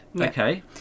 Okay